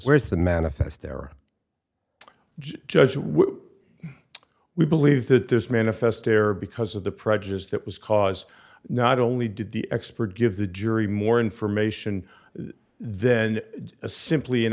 whereas the manifest there are judges we believe that this manifest error because of the prejudice that was caused not only did the expert give the jury more information then simply an